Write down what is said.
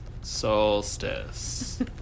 solstice